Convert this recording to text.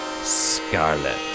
Scarlet